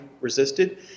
resisted